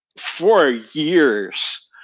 for years,